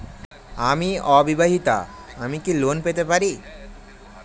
আমি অবিবাহিতা আমি কি লোন পেতে পারি?